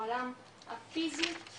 בעולם הפיסי,